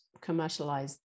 commercialize